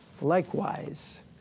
Likewise